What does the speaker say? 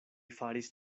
faris